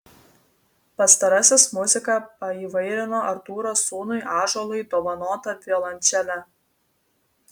pastarasis muziką paįvairino artūro sūnui ąžuolui dovanota violončele